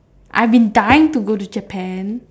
I have been dying to go to Japan